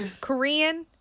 Korean